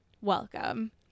Welcome